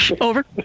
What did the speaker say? Over